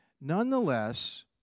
Nonetheless